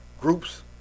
groups